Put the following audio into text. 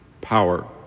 Power